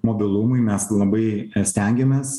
mobilumui mes labai stengiamės